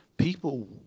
People